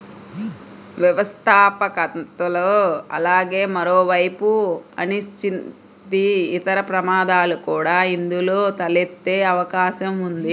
వ్యవస్థాపకతలో అలాగే మరోవైపు అనిశ్చితి, ఇతర ప్రమాదాలు కూడా ఇందులో తలెత్తే అవకాశం ఉంది